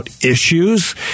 issues